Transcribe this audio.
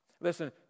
Listen